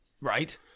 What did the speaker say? Right